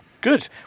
Good